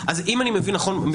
אם אני מבין נכון,